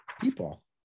people